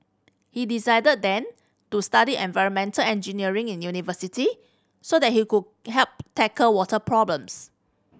he decided then to study environmental engineering in university so that he could help tackle water problems